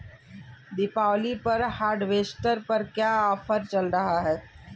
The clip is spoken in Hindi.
दीपावली पर हार्वेस्टर पर क्या ऑफर चल रहा है?